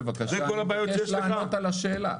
בבקשה, אני מבקש לענות על השאלה.